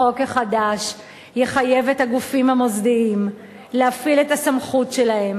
החוק החדש יחייב את הגופים המוסדיים להפעיל את הסמכות שלהם